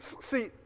See